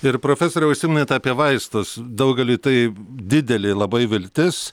ir profesore užsiminėt apie vaistus daugeliui tai didelė labai viltis